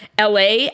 la